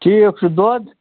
ٹھیٖک چھُ دۄد